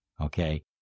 Okay